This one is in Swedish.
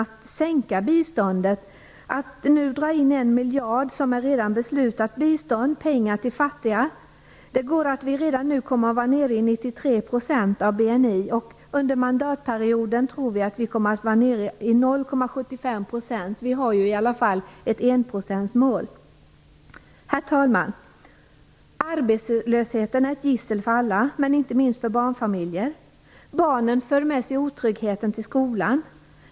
Att nu sänka biståndet och dra in en miljard i bistånd som det redan har fattats beslut om, pengar till fattiga, innebär att vi redan nu kommer att vara nere i 0,93 % av BNI. Vi tror att vi under mandatperioden kommer att vara nere i 0,75 %. Vi har i alla fall ett enprocentsmål. Herr talman! Arbetslösheten är ett gissel för alla, men inte minst för barnfamiljer. Barnen för med sig otryggheten till skolan.